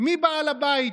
מי בעל הבית,